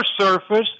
surface